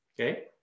Okay